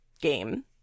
game